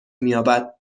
مییابد